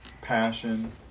passion